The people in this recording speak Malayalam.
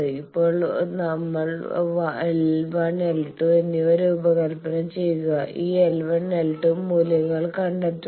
ഇപ്പോൾ ഈ l1 l2 എന്നിവ രൂപകൽപ്പന ചെയ്യുക ഈ l1 l2 മൂല്യം കണ്ടെത്തുക